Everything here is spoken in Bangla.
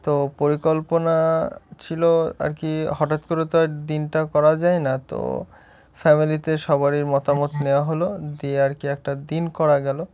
তো পরিকল্পনা ছিল আর কি হটাৎ করে তো আর দিনটা করা যায় না তো ফ্যামিলিতে সবারই মতামত নেওয়া হলো দিয়ে আর কি একটা দিন করা গেল